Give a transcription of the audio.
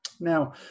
Now